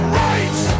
right